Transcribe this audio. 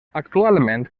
actualment